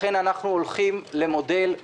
לכן אנחנו הולכים למודל,